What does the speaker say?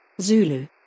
Zulu